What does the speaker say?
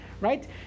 right